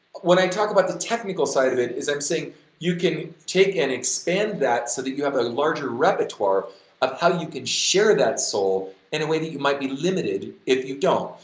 when i talk about the technical side of it is i'm saying you can take and expand that so that you have a larger repertoire of how you can share that soul and the way that you might be limited if you don't,